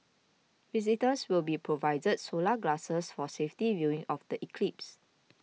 visitors will be provided solar glasses for safety viewing of the eclipse